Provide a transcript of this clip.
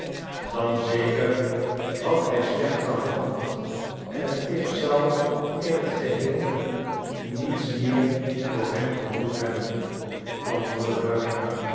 dan zeker had hij slecht gehandeld en ik zou in t geheel niets meer voor hem gevoeld hebben antwoordde